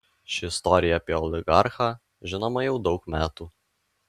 ši istorija apie oligarchą žinoma jau daug metų